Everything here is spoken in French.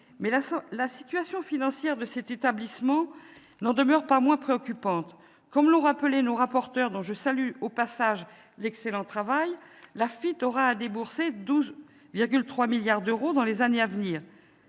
la situation financière de cet établissement n'en demeure pas moins préoccupante. Comme l'ont rappelé nos rapporteurs, dont je salue au passage l'excellent travail, l'AFITF aura à débourser 12,3 milliards d'euros dans les années à venir